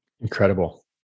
Incredible